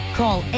call